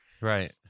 Right